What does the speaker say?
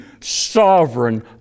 sovereign